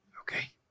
Okay